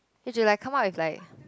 they should like come up with like